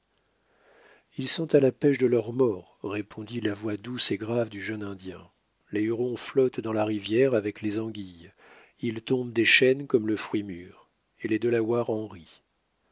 ils sont à la pêche de leurs morts répondit la voix douce et grave du jeune indien les hurons flottent dans la rivière avec les anguilles ils tombent des chênes comme le fruit mûr et les delawares en